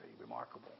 remarkable